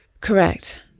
Correct